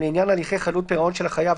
לעניין הליכי חדלות פירעון של החייב,